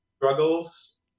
struggles